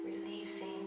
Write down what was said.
releasing